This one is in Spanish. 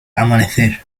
amanecer